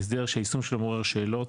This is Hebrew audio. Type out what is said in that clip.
הוא הסדר שהיישום שלו מעורר שאלות,